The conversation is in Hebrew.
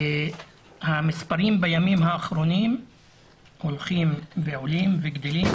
המספרים בימים האחרונים הולכים וגדלים,